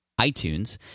iTunes